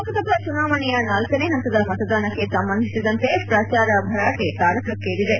ಲೋಕಸಭಾ ಚುನಾವಣೆಯ ಳನೇ ಹಂತದ ಮತದಾನಕ್ಕೆ ಸಂಬಂಧಿಸಿದಂತೆ ಪ್ರಚಾರ ಭರಾಟೆ ತಾರಕಕ್ಕೇರಿದೆ